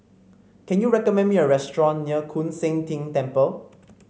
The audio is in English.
can you recommend me a restaurant near Koon Seng Ting Temple